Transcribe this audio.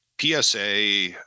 PSA